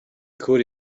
could